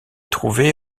trouvée